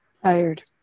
Tired